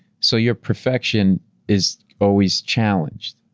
so your perfection is always challenged.